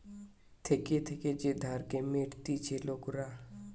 থেকে থেকে যে ধারকে মিটতিছে লোকরা